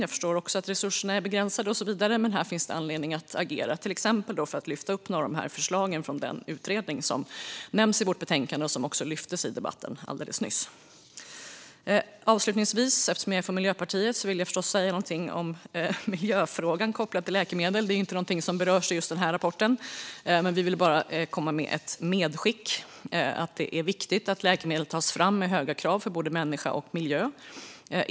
Jag förstår att resurserna är begränsade och så vidare, men här finns det anledning att agera till exempel för att lyfta upp några av förslagen från den utredning som nämns i vårt betänkande och som också lyftes i debatten alldeles nyss. Eftersom jag är från Miljöpartiet vill jag avslutningsvis säga någonting om miljöfrågan kopplat till läkemedel. Det är inte någonting som berörs i just den här rapporten, men vi vill bara komma med ett medskick att det är viktigt att läkemedel tas fram med höga krav för både människa och miljö.